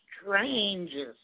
strangest